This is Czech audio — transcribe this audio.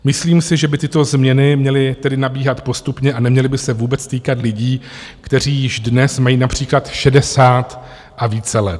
Myslím si, že by tyto změny měly tedy nabíhat postupně a neměly by se vůbec týkat lidí, kteří již dnes mají například šedesát a více let.